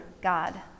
God